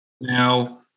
Now